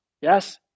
yes